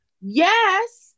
Yes